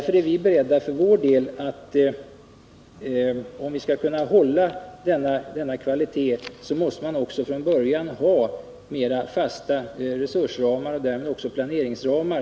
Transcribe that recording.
För att hålla denna kvalitet måste man från början ha mera fasta resursramar och planeringsramar.